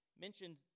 mentioned